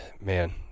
man